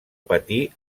patí